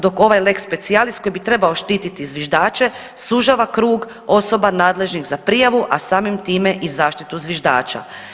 Dok ovaj lex specialis koji bi trebao štiti zviždače sužava krug osoba nadležnih za prijavu, a samim time i zaštitu zviždača.